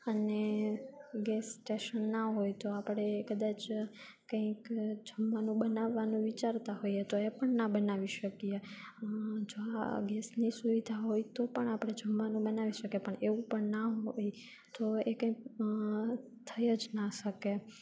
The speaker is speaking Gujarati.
અને ગેસ સ્ટેશન ના હોય તો આપણે કદાચ કંઈક જમવાનું બનાવવાનું વિચારતા હોઈએ તો એ પણ ના બનાવી શકીએ જો આ ગેસની સુવિધા હોય તો પણ આપણે જમવાનું બનાવી શકે પણ એવું પણ ના હોય તો એકે થઈજ ના શકે